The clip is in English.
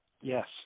yes